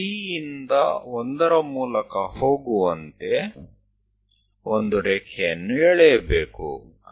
C ಯಿಂದ 1 ರ ಮೂಲಕ ಹೋಗುವಂತೆ ಒಂದು ರೇಖೆಯನ್ನು ಎಳೆಯಬೇಕು